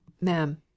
ma'am